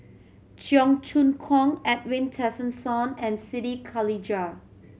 Cheong Choong Kong Edwin Tessensohn and Siti Khalijah